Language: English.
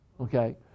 Okay